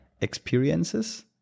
experiences